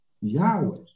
Yahweh